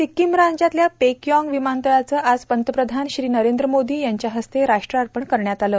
सिक्कीम राज्यातल्या पेकयाँग विमानतळाचं आज पंतप्रधान श्री नरेंद्र मोदी यांच्या हस्ते राष्ट्रार्पण करण्यात आलं